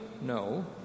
No